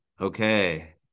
okay